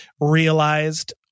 realized